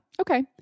okay